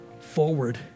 forward